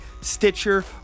Stitcher